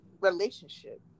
relationship